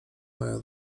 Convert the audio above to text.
moja